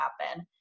happen